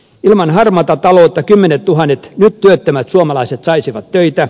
ilman harmaata taloutta kymmenettuhannet nyt työttömät suomalaiset saisivat töitä